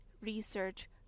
research